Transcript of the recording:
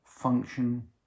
function